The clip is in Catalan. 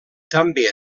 també